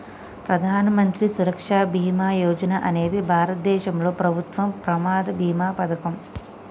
ప్రధాన మంత్రి సురక్ష బీమా యోజన అనేది భారతదేశంలో ప్రభుత్వం ప్రమాద బీమా పథకం